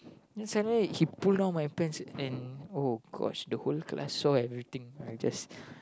then suddenly he pull down my pants and oh gosh the whole class saw everything I just